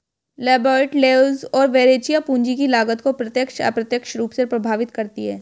Lambert, Leuz और Verrecchia, पूंजी की लागत को प्रत्यक्ष, अप्रत्यक्ष रूप से प्रभावित करती है